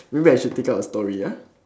maybe I should take out a story ya